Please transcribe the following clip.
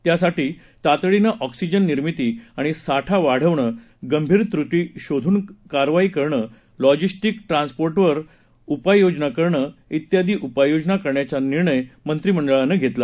त्यासाठी तातडीनं ऑक्सीजन निर्मिती आणि साठा वाढवणं गंभीर त्रटी शोधून कार्यवाही करणं लॉजिस्टीक ट्रान्सपोर्टवर उपाययोजना करणं इत्यादी उपाययोजना करण्याचा निर्णय मंत्रिमंडळानं घेतला